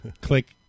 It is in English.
click